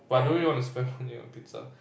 but I don't really wanna spend money on pizza